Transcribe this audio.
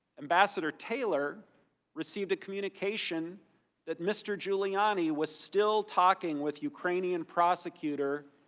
ambassador taylor received a communication that mr. giuliani was still talking with ukrainian prosecutor.